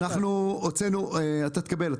אתה תקבל,